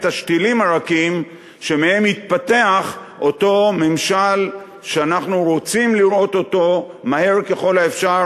השתילים הרכים שמהם יתפתח אותו ממשל שאנחנו רוצים לראות מהר ככל האפשר,